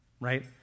right